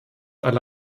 alle